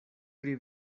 pri